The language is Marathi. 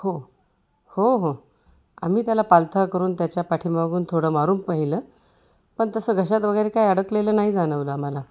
हो हो हो आम्ही त्याला पालथा करून त्याच्या पाठीमागून थोडं मारून पहिलं पण तसं घशात वगैरे काय अडकलेलं नाही जाणवलं आम्हाला